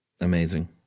Amazing